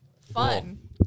Fun